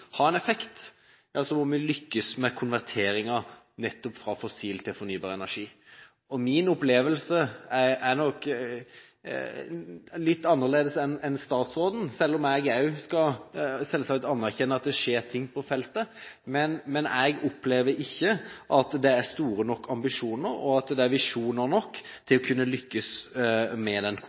ha en effekt, må vi lykkes med konverteringen nettopp fra fossil til fornybar energi. Min opplevelse er nok litt annerledes enn statsrådens, selv om jeg også selvsagt skal anerkjenne at det skjer ting på feltet. Men jeg opplever ikke at det er store nok ambisjoner, og at det er visjoner nok til å kunne lykkes med konverteringen. Til representanten Sande: Min kommentar var knyttet til det å bruke den